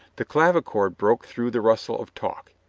the clavichord broke through the rustle of talk.